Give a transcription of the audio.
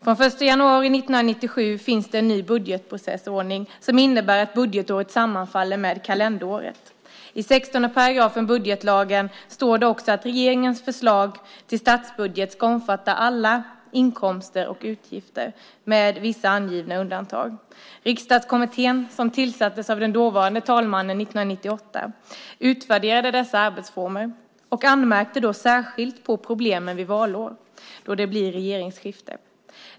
Från den 1 januari 1997 finns det en ny budgetprocessordning som innebär att budgetåret sammanfaller med kalenderåret. I 16 § budgetlagen står det också att regeringens förslag till statsbudget ska omfatta alla inkomster och utgifter med vissa angivna undantag. Riksdagskommittén som tillsattes av talmannen 1998 utvärderade dessa arbetsformer och anmärkte då särskilt på problemen vid valår då det blir regeringsskifte.